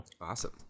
awesome